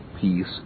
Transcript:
peace